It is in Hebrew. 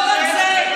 לא רק זה,